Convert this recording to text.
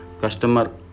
Customer